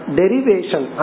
derivation